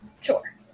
Sure